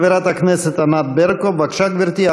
חברת הכנסת ענת ברקו, בבקשה, גברתי.